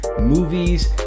movies